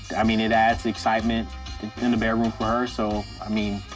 i mean, it adds excitement in the bedroom for her. so, i mean,